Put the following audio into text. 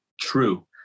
true